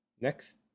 Next